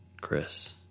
Chris